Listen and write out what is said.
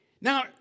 Now